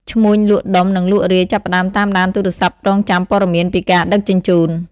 ឈ្មួញលក់ដុំនិងលក់រាយចាប់ផ្តើមតាមដានទូរស័ព្ទរង់ចាំព័ត៌មានពីការដឹកជញ្ជូន។